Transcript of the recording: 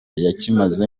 yakimaze